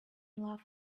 love